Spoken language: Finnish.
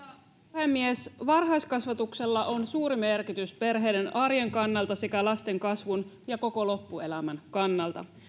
puhemies varhaiskasvatuksella on suuri merkitys perheiden arjen kannalta sekä lasten kasvun ja koko loppuelämän kannalta